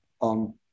on